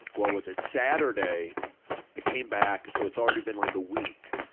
what was it saturday i came back, so it's already been like a week,